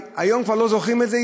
היום כבר לא זוכרים את זה,